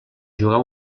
jugar